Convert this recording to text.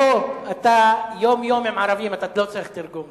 פה אתה יום-יום עם ערבים, ואתה לא צריך תרגום.